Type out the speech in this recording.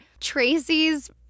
Tracy's